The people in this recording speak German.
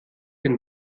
den